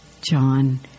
John